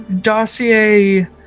dossier